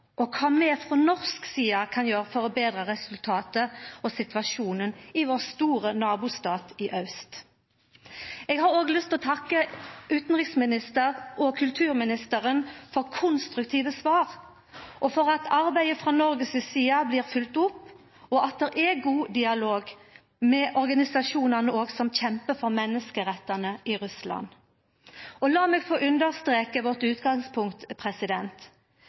og kva vi frå norsk side kan gjera for å betra resultatet og situasjonen i vår store nabostat i aust. Eg har òg lyst å takka utanriksministeren og kulturministeren for konstruktive svar, for at arbeidet frå Noreg si side blir følgt opp, og for at det er god dialog òg med organisasjonane som kjempar for menneskerettane i Russland. Lat meg få understreka vårt utgangspunkt: